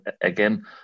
again